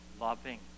loving